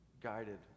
guided